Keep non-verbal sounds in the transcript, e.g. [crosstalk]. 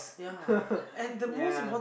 [laughs] yeah